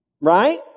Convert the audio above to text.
right